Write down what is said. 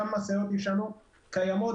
כמה משאיות ישנות קיימות,